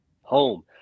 home